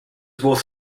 both